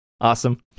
awesome